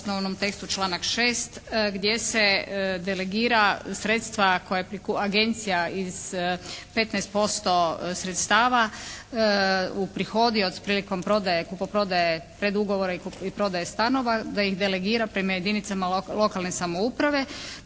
osnovnom tekstu članak 6. gdje se delegira sredstva koja … /Govornica se ne razumije./ …, agencija iz 15% sredstava uprihodio prilikom prodaje, kupoprodaje predugovora i prodaje stanova da ih delegira prema jedinicama lokalne samouprave.